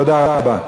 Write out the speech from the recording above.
תודה רבה.